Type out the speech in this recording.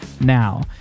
now